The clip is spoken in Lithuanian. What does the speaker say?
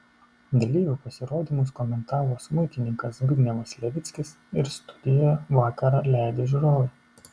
dalyvių pasirodymus komentavo smuikininkas zbignevas levickis ir studijoje vakarą leidę žiūrovai